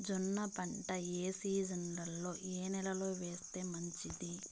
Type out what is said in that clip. జొన్న పంట ఏ సీజన్లో, ఏ నెల లో వేస్తే మంచిది?